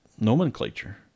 nomenclature